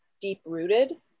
deep-rooted